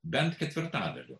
bent ketvirtadaliu